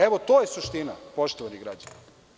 Evo, to je suština, poštovani građani.